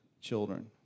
children